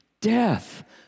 death